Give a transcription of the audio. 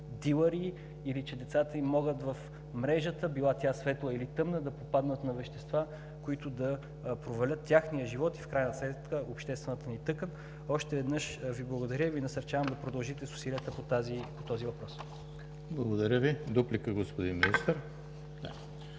дилъри или че децата им могат в мрежата, била тя светла или тъмна, да попаднат на вещества, които да провалят техния живот и в крайна сметка обществената ни тъкан. Още веднъж Ви благодаря и Ви насърчавам да продължите с усилията по този въпрос. ПРЕДСЕДАТЕЛ ЕМИЛ ХРИСТОВ: Благодаря Ви.